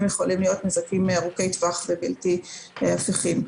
יכולים להיות נזקים ארוכי טווח ובלתי הפיכים.